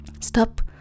Stop